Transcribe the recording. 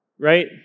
right